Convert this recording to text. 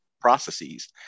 processes